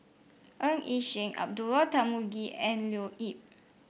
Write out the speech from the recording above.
Ng Yi Sheng Abdullah Tarmugi and Leo Yip